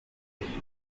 iki